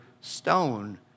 stone